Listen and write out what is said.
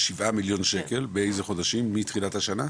7 מיליון שקל, מאיזה חודשים, מתחילת השנה?